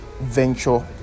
venture